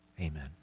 Amen